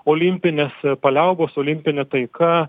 olimpinės paliaubos olimpinė taika